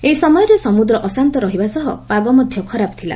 ଏହି ସମୟରେ ସମ୍ବଦ୍ର ଆଶାନ୍ତ ରହିବା ସହ ପାଗ ମଧ୍ୟ ଖରାପ ଥିଲା